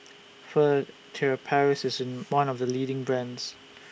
Furtere Paris IS one of The leading brands